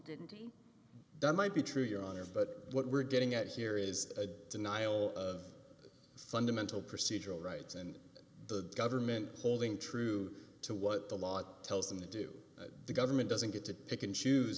didn't that might be true your honor but what we're getting at here is a denial of fundamental procedural rights and the government holding true to what the law tells them to do the government doesn't get to pick and choose